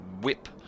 whip